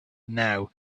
now